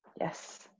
Yes